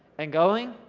and going,